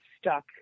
stuck